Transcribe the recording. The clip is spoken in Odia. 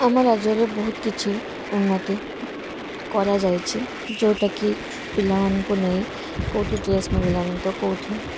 ଆମ ରାଜ୍ୟରେ ବହୁତ କିଛି ଉନ୍ନତି କରାଯାଇଛି ଯେଉଁଟାକି ପିଲା ମାନଙ୍କୁ ନେଇ କେଉଁଠି କେସ ମିଳିଲାଣି ତ କେଉଁଠି